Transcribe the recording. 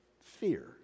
fear